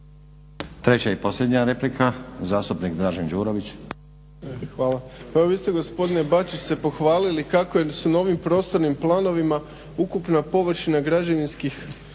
Treća i posljednja replika zastupnik Dražen Đurović. **Đurović, Dražen (HDSSB)** Hvala. Pa vi ste se gospodine Bačić se pohvalili kako su na ovim prostornim planovima ukupna površina građevinskih